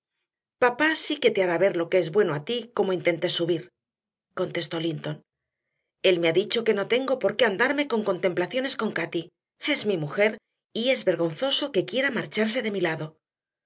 papá sí que te hará ver lo que es bueno a ti como intentes subir contestó linton él me ha dicho que no tengo por qué andarme con contemplaciones con cati es mi mujer y es vergonzoso que quiera marcharse de mi lado